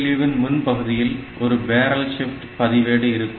ALU இன் முன் பகுதியில் ஒரு பேரல் ஷிப்ட் பதிவேடு இருக்கும்